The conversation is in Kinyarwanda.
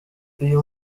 uyu